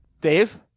Dave